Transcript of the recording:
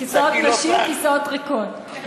כיסאות נשים, כיסאות ריקות.